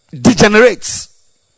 degenerates